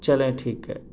چلیں ٹھیک ہے